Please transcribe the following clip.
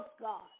God